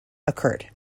occurred